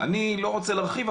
אני לא רוצה להרחיב,